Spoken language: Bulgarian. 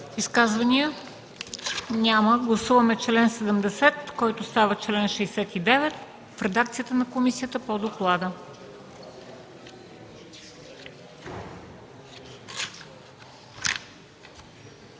Изказвания? Няма. Гласуваме чл. 74, който става чл. 73, в редакцията на комисията по доклада.